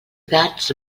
gats